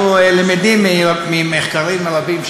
אנחנו למדים ממחקרים רבים,